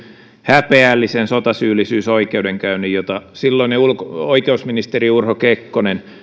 häpeällisen sotasyyllisyysoikeudenkäynnin jota silloinen oikeusministeri urho kekkonen